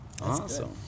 awesome